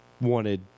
wanted